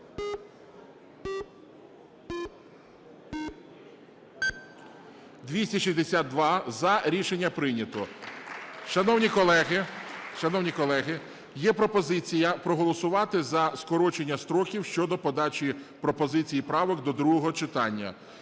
262 – за. Рішення прийнято. Шановні колеги! Шановні колеги, є пропозиція проголосувати за скорочення строків щодо подачі пропозицій і правок до другого читання.